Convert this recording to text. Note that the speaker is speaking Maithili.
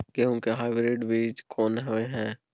गेहूं के हाइब्रिड बीज कोन होय है?